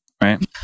right